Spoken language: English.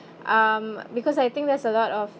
um because I think there's a lot of